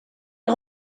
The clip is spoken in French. est